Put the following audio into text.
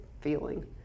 feeling